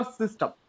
system